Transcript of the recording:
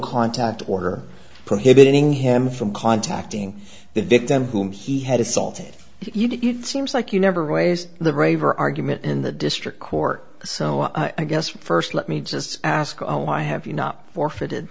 contact order prohibiting him from contacting the victim whom he had assaulted you'd seems like you never weighs the raver argument in the district court so i guess first let me just ask oh i have you not forfeited